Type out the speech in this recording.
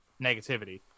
negativity